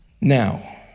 Now